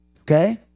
Okay